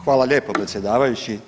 Hvala lijepo predsjedavajući.